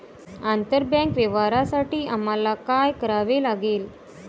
आंतरबँक व्यवहारांसाठी आम्हाला काय करावे लागेल?